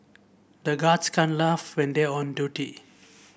the guards can laugh when they are on duty